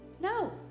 No